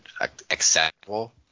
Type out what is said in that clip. acceptable